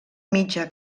mitja